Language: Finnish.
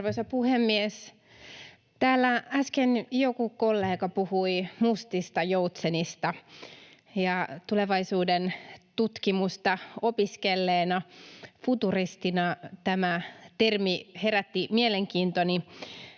Arvoisa puhemies! Täällä äsken joku kollega puhui mustista joutsenista, ja tulevaisuuden tutkimusta opiskelleena futuristina tämä termi herätti mielenkiintoni.